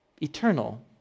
eternal